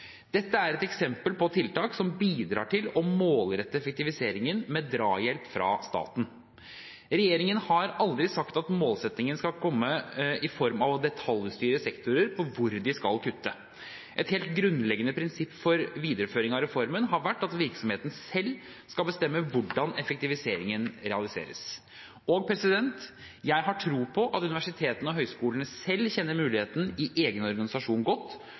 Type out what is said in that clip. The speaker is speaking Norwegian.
Dette er et eksempel på tiltak som bidrar til å målrette effektiviseringen med drahjelp fra staten. Regjeringen har aldri sagt at målrettingen skal komme i form av å detaljstyre sektorer på hvor de skal kutte. Et helt grunnleggende prinsipp for videreføring av reformen har vært at virksomhetene selv skal bestemme hvordan effektiviseringen realiseres. Jeg har tro på at universitetene og høyskolene selv kjenner mulighetene i egen organisasjon godt,